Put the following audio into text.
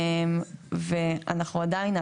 עדיין,